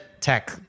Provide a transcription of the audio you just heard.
tech